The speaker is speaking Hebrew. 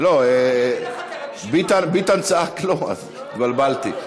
ביטן צעק "לא", אז התבלבלתי.